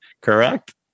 correct